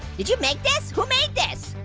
did you make this? who made this?